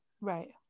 Right